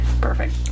perfect